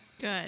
Good